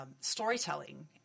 storytelling